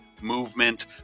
movement